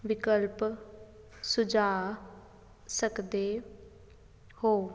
ਵਿਕਲਪ ਸੁਝਾ ਸਕਦੇ ਹੋ